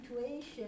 situation